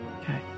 Okay